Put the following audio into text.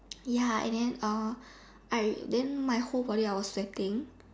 ya and then uh I then I my whole body is sweating